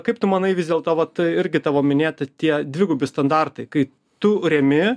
kaip tu manai vis dėlto vat irgi tavo minėti tie dvigubi standartai kai tu remi